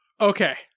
Okay